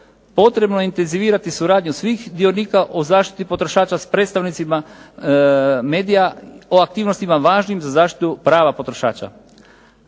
Potrebno je intenzivirati suradnju svih dionika o zaštiti potrošača s predstavnicima medija o aktivnostima važnim za zaštitu prava potrošača.